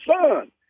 son